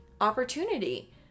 opportunity